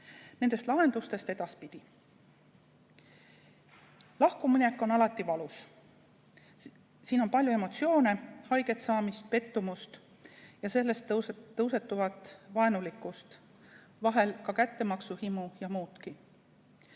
Nendest lahendustest edaspidi. Lahkuminek on alati valus. Siin on palju emotsioone, haiget saamist, pettumust ja sellest tõusetuvat vaenulikkust, vahel ka kättemaksuhimu ja muudki.